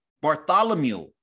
Bartholomew